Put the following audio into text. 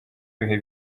bihe